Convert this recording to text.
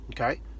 okay